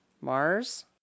Mars